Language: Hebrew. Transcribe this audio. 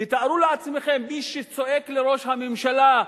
תארו לעצמכם, מי שצועק לראש הממשלה,